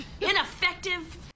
Ineffective